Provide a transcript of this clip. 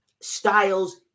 Styles